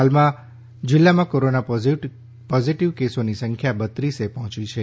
હાલમાં જિલ્લામાં corona positive કેસોની સંખ્યા બત્રીસે પહોંચી છે